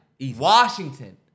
Washington